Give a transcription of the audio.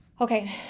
Okay